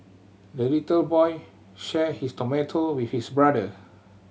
the little boy shared his tomato with his brother